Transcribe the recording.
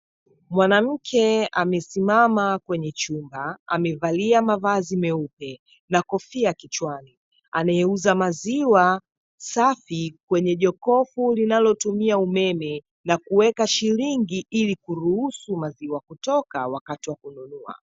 Mwanamke amesimama kwenye chumba, amevalia mavazi meupe na kofia kichwani, anayeuza maziwa safi kwenye jokofu linalotumia umeme na kuweka shilingi ili kuruhusu maziwa kutoka wakati wa kununua.